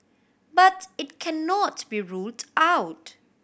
but it cannot be ruled out